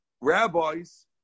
rabbis